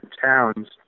towns